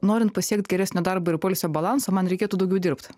norint pasiekt geresnio darbo ir poilsio balansą man reikėtų daugiau dirbt